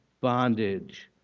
bondage